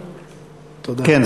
כן,